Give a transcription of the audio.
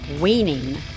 weaning